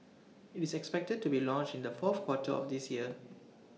IT is expected to be launched in the fourth quarter of this year